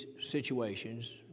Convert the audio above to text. situations